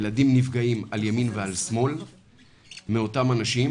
ילדים נפגעים מאותם אנשים